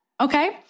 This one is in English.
Okay